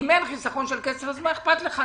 ואם אין חיסכון של כסף אז מה אכפת לך,